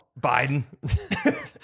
Biden